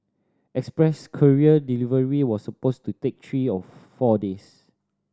express courier delivery was supposed to take three to four days